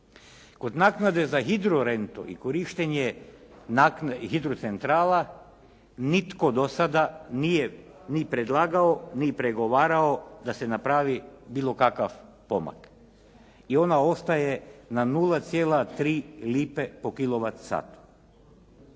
Kod naknade za hidrorentu i korištenje i hidrocentrala nitko do sada nije ni predlagao, ni pregovarao da se napravi bilo kakav pomak i ona ostaje na 0,3 lipe po